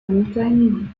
montagne